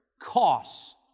costs